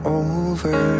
over